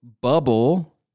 bubble